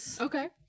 okay